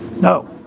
No